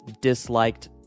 disliked